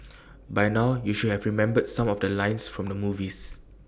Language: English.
by now you should have remembered some of the lines from the movies